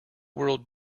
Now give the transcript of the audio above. world